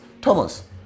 Thomas